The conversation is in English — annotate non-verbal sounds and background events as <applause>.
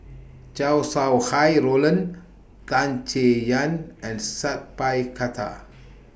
Chow Sau Hai Roland Tan Chay Yan and Sat Pal Khattar <noise>